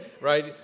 right